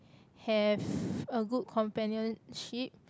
have a good companionship